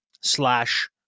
slash